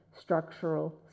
structural